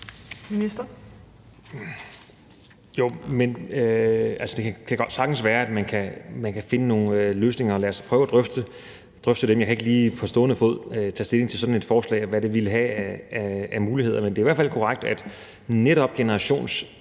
Det kan sagtens være, at man kan finde nogle løsninger, og lad os prøve at drøfte det. Men jeg kan ikke lige på stående fod tage stilling til sådan et forslag, og hvad det ville have af muligheder. Men det er i hvert fald korrekt, at netop